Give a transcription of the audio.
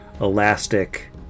elastic